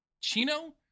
Chino